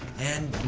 and